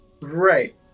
right